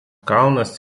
kalnas